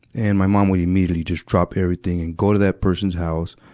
and my mom would immediately just drop everything and go to that person's house,